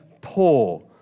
poor